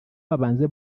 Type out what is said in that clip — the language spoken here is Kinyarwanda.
babanze